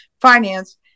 finance